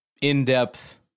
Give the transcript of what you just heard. in-depth